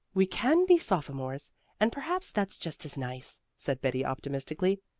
we can be sophomores and perhaps that's just as nice, said betty optimistically.